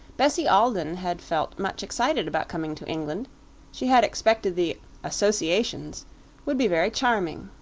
bessie alden had felt much excited about coming to england she had expected the associations would be very charming,